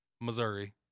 Missouri